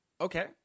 okay